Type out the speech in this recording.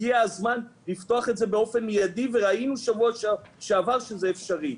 הגיע הזמן לפתוח את זה באופן מיידי וראינו בשבוע שעבר שזה אפשרי.